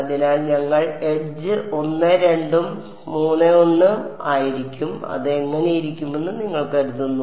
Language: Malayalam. അതിനാൽ ഞങ്ങൾ എഡ്ജ് 1 2 ഉം 3 1 ഉം ആയിരിക്കും അത് എങ്ങനെയായിരിക്കുമെന്ന് നിങ്ങൾ കരുതുന്നു